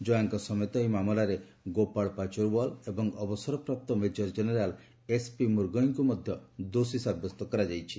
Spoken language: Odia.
ଜୟାଙ୍କ ସମେତ ଏହି ମାମଲାରେ ଗୋପାଳ ପାଚର୍ୱାଲ୍ ଏବଂ ଅବସରପ୍ରାପ୍ତ ମେଜର୍ ଜେନେରାଲ୍ ଏସ୍ପି ମୁରଗୟୀଙ୍କୁ ମଧ୍ୟ ଦୋଷୀ ସାବ୍ୟସ୍ତ କରାଯାଇଛି